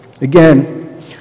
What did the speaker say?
Again